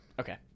Okay